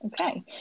Okay